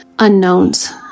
Unknowns